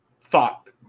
thought